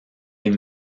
les